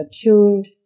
attuned